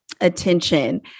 attention